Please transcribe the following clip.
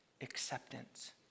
acceptance